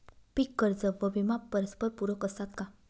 पीक कर्ज व विमा परस्परपूरक असतात का?